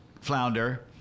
Flounder